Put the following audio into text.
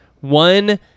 one